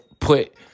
put